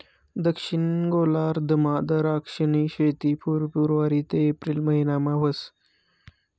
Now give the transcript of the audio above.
दक्षिण गोलार्धमा दराक्षनी शेती फेब्रुवारी ते एप्रिल महिनामा व्हस